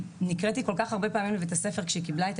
נקראתי כל כך הרבה פעמים כשהיא קיבלה את